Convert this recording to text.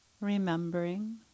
remembering